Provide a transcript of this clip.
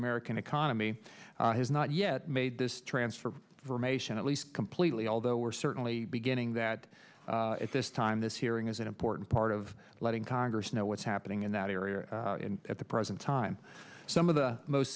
american economy has not yet made this transfer from ation at least completely although we're certainly beginning that at this time this hearing is an important part of letting congress know what's happening in that area at the present time some of the most